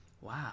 Wow